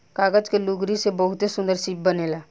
कागज के लुगरी से बहुते सुन्दर शिप बनेला